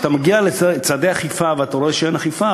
כשאתה מגיע לצעדי אכיפה ואתה רואה שאין אכיפה,